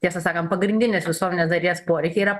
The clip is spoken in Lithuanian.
tiesą sakant pagrindinės visuomenės dalies poreikiai yra